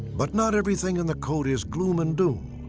but not everything in the code is gloom and doom.